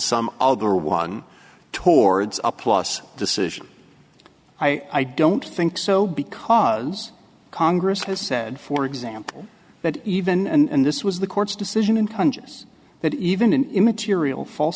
some other one towards a plus decision i don't think so because congress has said for example that even and this was the court's decision in countries that even an immaterial false